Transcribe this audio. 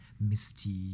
misty